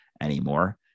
anymore